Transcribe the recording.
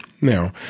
Now